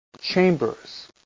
chambers